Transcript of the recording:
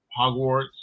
Hogwarts